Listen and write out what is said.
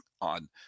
on